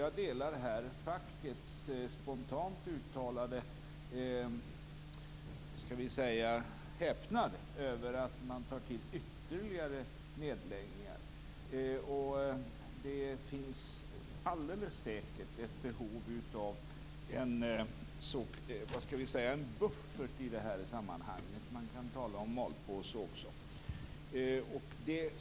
Jag delar här fackets spontant uttalade häpnad över att man tar till ytterligare nedläggningar. Det finns alldeles säkert ett behov av en buffert i det här sammanhanget - man kan också tala om malpåse.